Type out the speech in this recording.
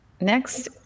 next